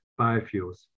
biofuels